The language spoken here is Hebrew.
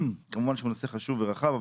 כמובן שהוא נושא חשוב ורחב,